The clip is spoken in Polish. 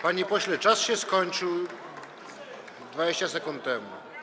Panie pośle, czas się skończył 20 sekund temu.